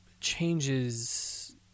changes